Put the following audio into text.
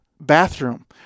bathroom